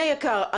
אדוני היקר,